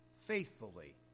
faithfully